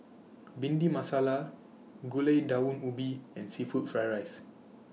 Bhindi Masala Gulai Daun Ubi and Seafood Fried Rice